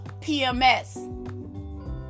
PMS